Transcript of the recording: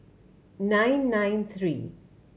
nine nine three